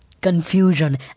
confusion